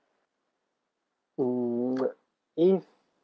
mm if